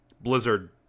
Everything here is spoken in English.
blizzard